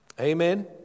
Amen